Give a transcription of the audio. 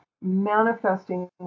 manifesting